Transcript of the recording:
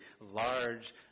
large